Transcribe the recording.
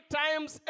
times